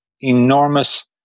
enormous